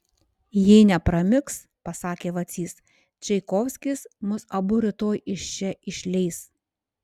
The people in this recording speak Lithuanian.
jei nepramigs pasakė vacys čaikovskis mus abu rytoj iš čia išleis